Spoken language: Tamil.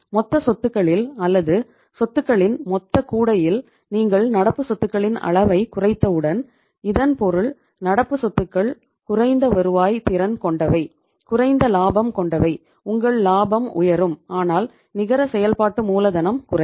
மொத்த சொத்துகளில் அல்லது சொத்துகளின் மொத்த கூடையில் நீங்கள் நடப்பு சொத்துகளின் அளவைக் குறைத்தவுடன் இதன் பொருள் நடப்பு சொத்துக்கள் குறைந்த வருவாய் திறன் கொண்டவை குறைந்த லாபம் கொண்டவை உங்கள் லாபம் உயரும் ஆனால் நிகர செயல்பாட்டு மூலதனம் குறையும்